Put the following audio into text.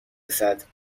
رسد